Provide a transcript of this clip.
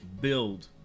build